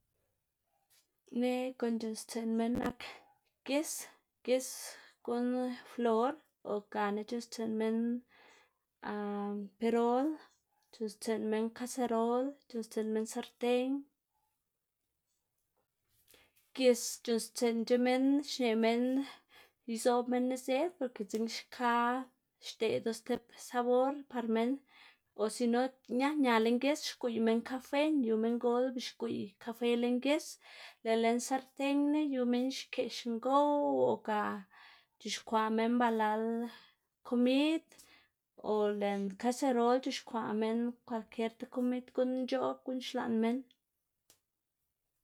neꞌg guꞌn c̲h̲uꞌnnstsiꞌn minn nak gis, gis guꞌn flor o gana c̲h̲uꞌnnstsiꞌn minn perol, c̲h̲uꞌnnstsiꞌn kaserol, c̲h̲uꞌnnstsiꞌn minn sartén, gis c̲h̲uꞌnnstsiꞌnc̲h̲a minn xneꞌ minn izoꞌb minn nized, porke dzekna xka xdeꞌdu stib sabor par minn o si no ña ña lën gis xgwiꞌy minn kafena, yu minngop beꞌ xgwiꞌy kafe lën gis lëꞌ lën sartenna yu minn xkeꞌx ngow o ga c̲h̲ixkwaꞌ minn balal komid o lën kaserol c̲h̲ixkwaꞌ minn kwalkier ti komid nc̲h̲oꞌb guꞌn xlaꞌn minn.